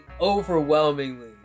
overwhelmingly